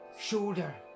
shoulder